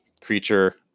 creature